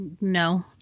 No